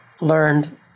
learned